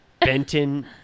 Benton